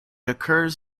occurs